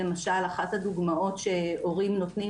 למשל אחת הדוגמאות שהורים נותנים,